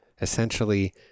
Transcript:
Essentially